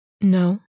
No